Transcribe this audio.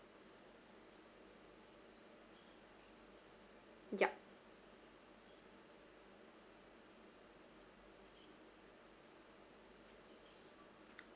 yup